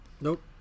Nope